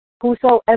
Whosoever